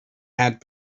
had